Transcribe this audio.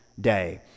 day